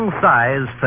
size